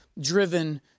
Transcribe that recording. driven